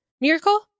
Miracle